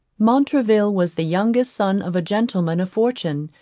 montraville was the youngest son of a gentleman of fortune,